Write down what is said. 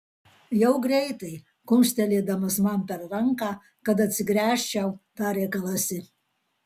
jau greitai kumštelėdamas man per ranką kad atsigręžčiau tarė kalasi